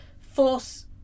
force